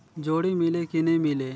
जोणी मीले कि नी मिले?